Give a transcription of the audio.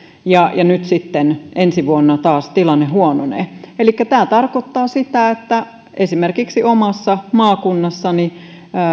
ja nyt sitten ensi vuonna taas tilanne huononee elikkä tämä tarkoittaa sitä että esimerkiksi omassa maakunnassani